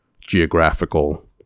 geographical